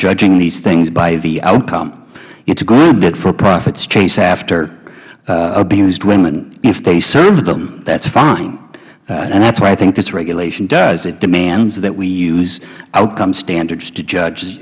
judging these things by the outcome it is good that for profits chase after abused women if they serve them that is fine and that is what i think this regulation does it demands that we use outcome standards to judge